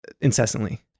Incessantly